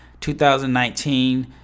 2019